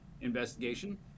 Investigation